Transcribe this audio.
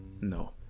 No